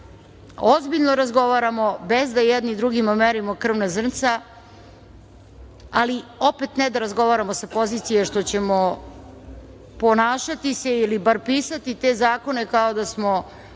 ozbiljno razgovaramo bez da jedni drugima merimo krvna zrnca, ali opet ne da razgovaramo sa pozicija što ćemo ponašati se ili bar pisati te zakone, kao da smo